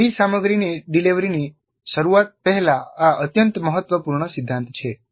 નવી સામગ્રીની ડિલિવરીની શરૂઆત પહેલાં આ અત્યંત મહત્વપૂર્ણ સિદ્ધાંત છે